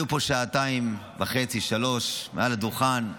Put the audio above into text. היו פה שעתיים וחצי שלוש מעל הדוכן,